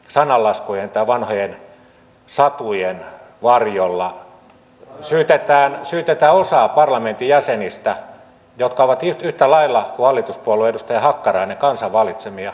sananlaskujen ja vanhojen satujen varjolla tämä toiminta on muun muassa liian tekniikkakeskeistä ja viranomaisyhteistyön kehittäminen ei ole ollut tarpeeksi tehokasta